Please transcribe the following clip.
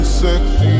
sexy